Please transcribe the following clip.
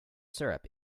syrup